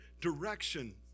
direction